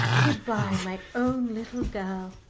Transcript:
good-bye, my own little girl,